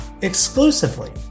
exclusively